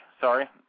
sorry